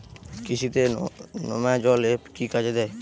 কৃষি তে নেমাজল এফ কি কাজে দেয়?